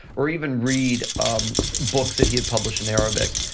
or even read books that he had published in arabic,